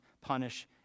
punish